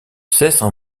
cessent